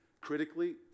critically